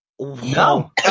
No